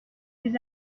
des